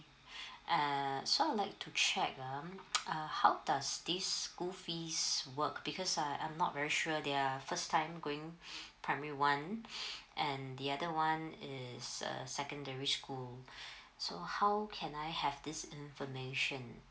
uh so like to check um uh how does this school fees work because I I'm not very sure they're first time going primary one and the other one is a secondary school so how can I have this information